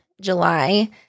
July